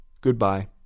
Goodbye